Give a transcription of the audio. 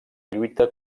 lluita